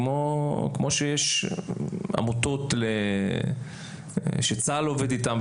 כמו שיש עמותות שצה"ל עובד איתן,